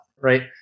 right